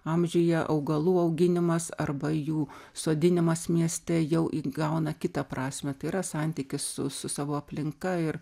amžiuje augalų auginimas arba jų sodinimas mieste jau įgauna kitą prasmę tai yra santykis su su savo aplinka ir